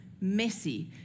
messy